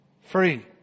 free